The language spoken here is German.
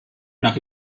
nach